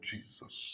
Jesus